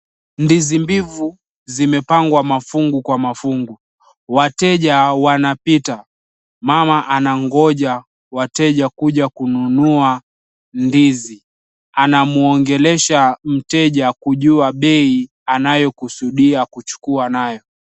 Ndizi mbivu zimepangwa mafungu kwa mafungu wateja wanapita. Mama anangoja wateja kuja kununua ndizi. Anamuongelesha mteja kujua bei anayokusudia kuchukua nayo.